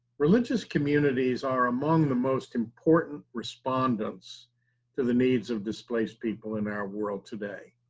religious communities are among the most important respondents to the needs of displaced people in our world today.